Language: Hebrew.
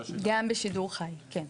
גם בשידור חי, כן.